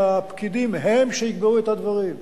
שהפקידים הם שיקבעו את הדברים.